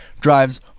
drives